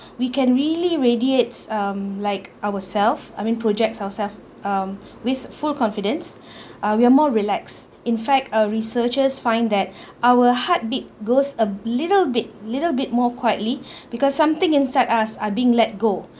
we can really radiates um like ourselves I mean projects ourselves um with full confidence uh we are more relax in fact uh researchers find that our heartbeat goes a little bit little bit more quietly because something inside us are being let go